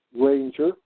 Ranger